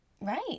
Right